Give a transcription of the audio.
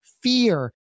fear